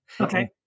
Okay